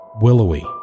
willowy